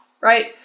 right